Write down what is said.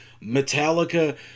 Metallica